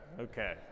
Okay